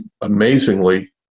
amazingly